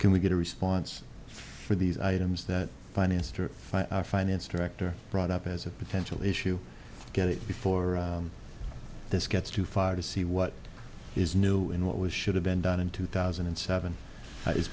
can we get a response for these items that finance to finance director brought up as a potential issue get it before this gets too far to see what is new in what was should have been done in two thousand and seven